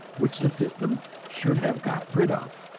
which the system should have got rid of.